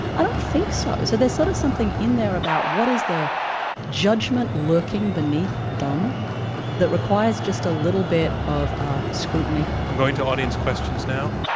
i don't think so. so there's sort of something in there about what is the judgment lurking beneath dumb that requires just a little bit of ah scrutiny. i'm going to audience questions now.